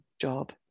job